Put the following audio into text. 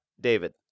David